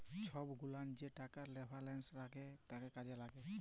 ছব গুলান যে টাকার রেফারেলস দ্যাখে কাজ ক্যরে